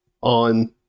on